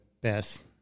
best